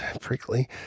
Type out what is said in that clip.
Prickly